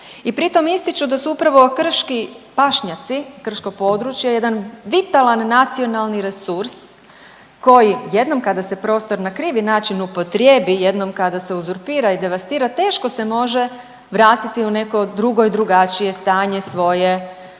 i pri tom ističu da su upravo krški pašnjaci, krško područje jedan vitalan nacionalni resurs koji jednom kada se prostor na krivi način upotrijebi jednom kada se uzurpira i devastira teško se može vratiti u neko drugo i drugačije stanje svoje namjene